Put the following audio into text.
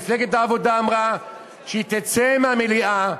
מפלגת העבודה אמרה שהיא תצא מהמליאה,